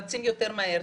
רצים יותר מהר,